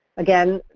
again,